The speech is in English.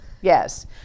yes